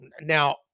Now